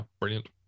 brilliant